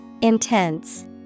Intense